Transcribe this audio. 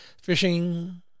Fishing